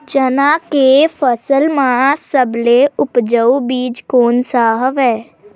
चना के फसल म सबले उपजाऊ बीज कोन स हवय?